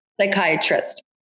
Psychiatrist